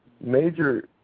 major